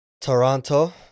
Toronto